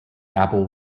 apple